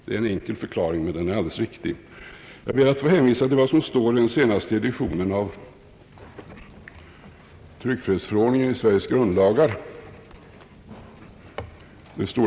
Det är en enkel förklaring, och den är alldeles riktig. Jag ber att få hänvisa till vad som står i den senaste editionen av tryckfrihetsförordningen i Sveriges grundlagar.